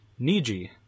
Niji